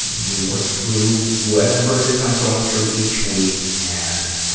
and we work through whatever it is i'm going through each week, and,